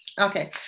Okay